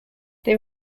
they